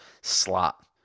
slot